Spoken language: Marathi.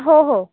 हो हो